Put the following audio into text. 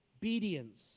obedience